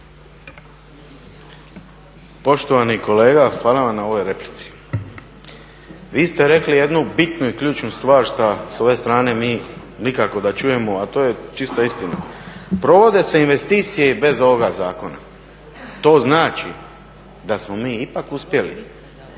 Poštovani kolega, hvala vam na ovoj replici. Vi ste rekli jednu bitnu i ključnu stvar što s ove strane mi nikako da čujemo, a to je čija istina. Provode se investicije i bez ovoga zakona. To znači da smo mi ipak uspjeli